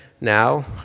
now